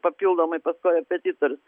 papildomai pas korepetitorius